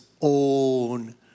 own